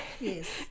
yes